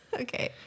Okay